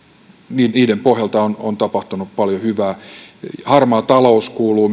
niiden pohjalta on tapahtunut paljon hyvää myös harmaa talous kuuluu